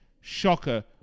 shocker